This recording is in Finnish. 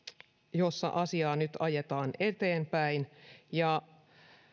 jossa asiaa nyt ajetaan eteenpäin ja